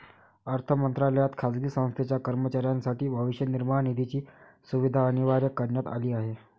अर्थ मंत्रालयात खाजगी संस्थेच्या कर्मचाऱ्यांसाठी भविष्य निर्वाह निधीची सुविधा अनिवार्य करण्यात आली आहे